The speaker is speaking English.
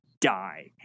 die